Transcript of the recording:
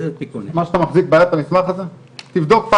איזה תיקונים?